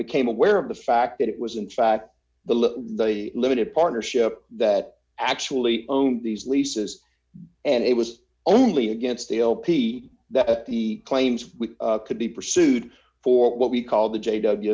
became aware of the fact that it was in fact the limited partnership that actually own these leases and it was only against the lp that he claims we could be pursued for what we call the j